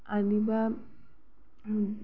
आनिबा